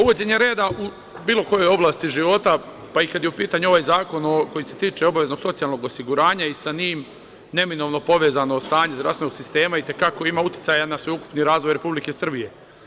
Uvođenje reda u bilo kojoj oblasti života, pa i kada je u pitanju ovaj zakon koji se tiče obaveznog socijalnog osiguranja, i sa njim neminovno povezano stanje zdravstvenog sistema i te kako ima uticaja na sveukupni razvoj Republike Srbije.